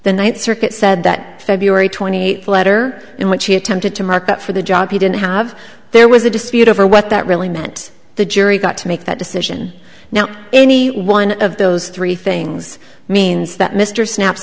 the ninth circuit said that february twenty eighth letter in which he attempted to market for the job he didn't have there was a dispute over what that really meant the jury got to make that decision now any one of those three things means that mr snaps